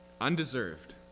Undeserved